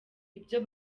ibyo